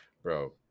Bro